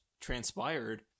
transpired